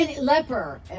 leper